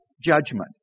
judgment